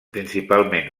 principalment